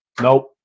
Nope